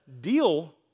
deal